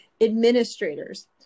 administrators